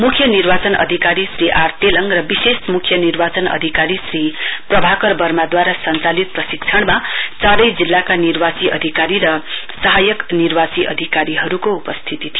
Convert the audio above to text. मुख्य निर्वाचन अधिकारी श्री आर तेलङ र विशेष मुख्य निर्वाचन अधिकारी श्री प्रभाकर वर्मादूवारा संचालित प्रशिक्षणमा चारै जिल्लाका निर्वाची अधिकारी र सहायक निर्वाची अधिकारीहरुको उपस्थिती थियो